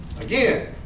Again